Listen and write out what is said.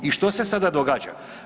I što se sada događa?